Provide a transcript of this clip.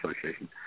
Association